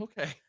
Okay